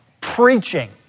preaching